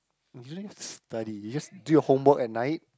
usually study you just do your homework at night